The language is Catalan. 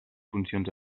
funcions